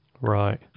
Right